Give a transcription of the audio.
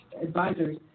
advisors